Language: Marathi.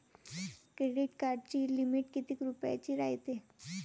क्रेडिट कार्डाची लिमिट कितीक रुपयाची रायते?